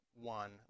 one